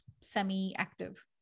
semi-active